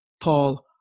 Paul